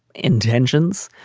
intentions.